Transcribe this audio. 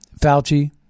Fauci